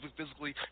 physically